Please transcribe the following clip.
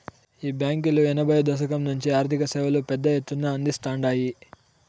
ఈ బాంకీలు ఎనభైయ్యో దశకం నుంచే ఆర్థిక సేవలు పెద్ద ఎత్తున అందిస్తాండాయి